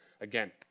again